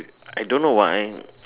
I don't know why